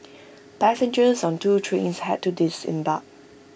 passengers on two trains had to disembark